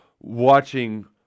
watching